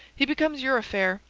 he becomes your affair.